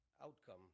Outcome